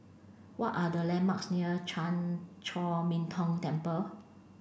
what are the landmarks near Chan Chor Min Tong Temple